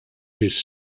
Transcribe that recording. his